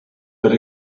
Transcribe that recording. but